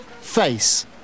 Face